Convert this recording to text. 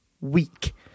week